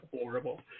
horrible